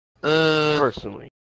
Personally